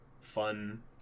fun